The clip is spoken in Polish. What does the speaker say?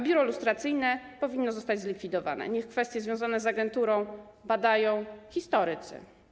Biuro Lustracyjne powinno zostać zlikwidowane - niech kwestie związane z agenturą badają historycy.